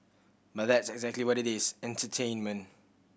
but that's exactly what it is entertainment